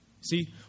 See